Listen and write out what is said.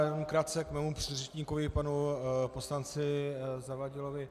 Jenom krátce k mému předřečníkovi, k panu poslanci Zavadilovi.